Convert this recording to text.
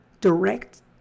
Direct